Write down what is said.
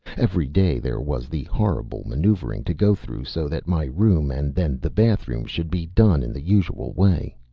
every day there was the horrible maneuvering to go through so that my room and then the bathroom should be done in the usual way.